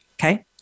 Okay